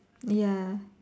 ya